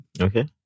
Okay